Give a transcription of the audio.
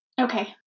Okay